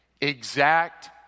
Exact